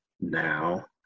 now